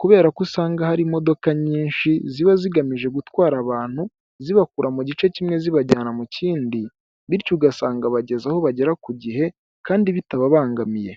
kubera ko usanga hari imodoka nyinshi ziba zigamije gutwara abantu zibakura mu gace kimwe zibajyana mu kindi, bityo ugasanga bageze aho bagera ku gihe kandi bitababangamiye.